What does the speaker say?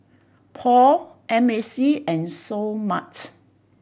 Paul M A C and Seoul Mart